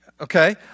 Okay